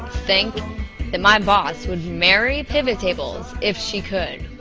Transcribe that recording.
think that my boss would marry pivot tables if she could,